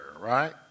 right